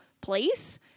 place